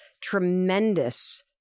tremendous